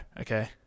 okay